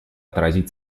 отразить